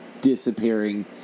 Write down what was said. disappearing